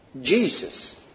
Jesus